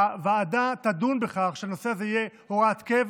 שהוועדה תדון בכך שהנושא הזה יהפוך להוראת קבע